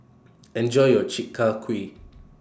Enjoy your Chi Kak Kuih